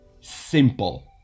simple